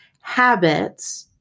habits